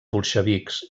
bolxevics